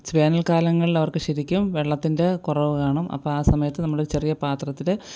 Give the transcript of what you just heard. വേനൽകാലങ്ങളിൽ അവർക്ക് ശരിക്കും വെള്ളത്തിൻ്റെ കുറവ് കാണും അപ്പം ആ സമയത്ത് നമ്മൾ ചെറിയ പാത്രത്തിൽ